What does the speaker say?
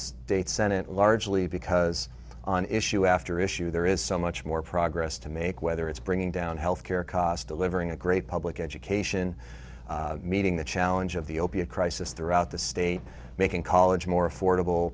date senate largely because on issue after issue there is so much more progress to make whether it's bringing down health care costs delivering a great public education meeting the challenge of the opiate crisis throughout the state making college more affordable